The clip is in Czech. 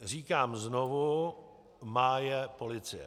Říkám znovu, má je policie.